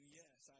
yes